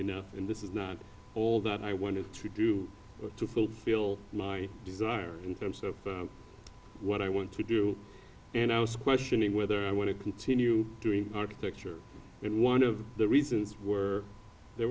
know and this is all that i wanted to do to fulfill my desire in terms of what i want to do and i was questioning whether i want to continue doing architecture and one of the reasons were there